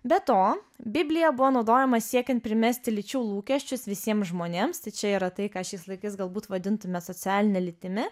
be to biblija buvo naudojama siekiant primesti lyčių lūkesčius visiem žmonėms čia yra tai ką šiais laikais galbūt vadintume socialine lytimi